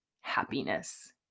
happiness